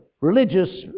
religious